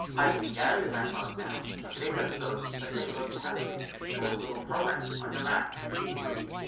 hi this is gary with macmost now. on today's episode let's take a look at how to create short little programs on your mac using ruby.